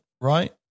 right